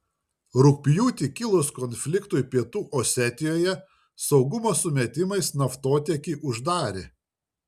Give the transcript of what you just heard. rugpjūtį kilus konfliktui pietų osetijoje saugumo sumetimais naftotiekį uždarė